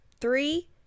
Three